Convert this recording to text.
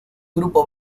grupo